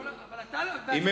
אבל אתה עצמך לא עושה